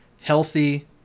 healthy